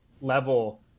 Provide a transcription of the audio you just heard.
level